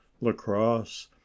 lacrosse